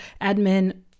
admin